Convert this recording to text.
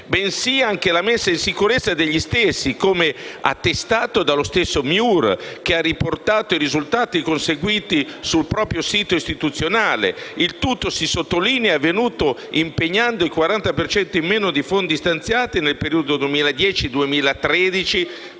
ma anche la messa in sicurezza degli stessi, come attestato dallo stesso MIUR, che ha riportato i risultati conseguiti sul proprio sito istituzionale. Il tutto - si sottolinea - è avvenuto impegnando il 40 per cento in meno di fondi stanziati nel periodo 2010-2013